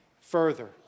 further